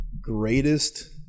greatest